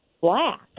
black